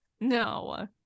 No